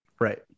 Right